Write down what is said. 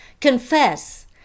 confess